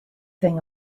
thing